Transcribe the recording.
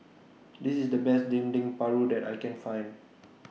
This IS The Best Dendeng Paru that I Can Find